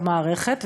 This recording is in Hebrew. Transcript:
במערכת,